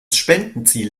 spendenziel